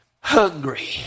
hungry